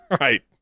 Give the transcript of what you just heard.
Right